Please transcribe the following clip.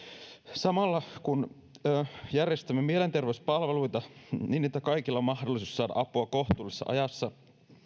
samalla kun järjestämme mielenterveyspalveluita niin että kaikilla on mahdollisuus saada apua kohtuullisessa ajassa